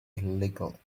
illegal